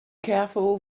careful